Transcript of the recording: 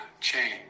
change